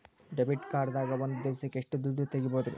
Debit card ದಾಗ ಒಂದ್ ದಿವಸಕ್ಕ ಎಷ್ಟು ದುಡ್ಡ ತೆಗಿಬಹುದ್ರಿ?